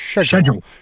Schedule